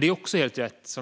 Det är också helt rätt